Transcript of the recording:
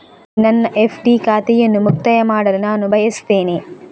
ನನ್ನ ಎಫ್.ಡಿ ಖಾತೆಯನ್ನು ಮುಕ್ತಾಯ ಮಾಡಲು ನಾನು ಬಯಸ್ತೆನೆ